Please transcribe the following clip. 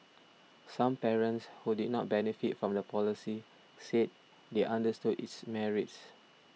some parents who did not benefit from the policy said they understood its merits